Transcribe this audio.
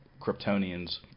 Kryptonians